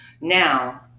Now